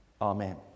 amen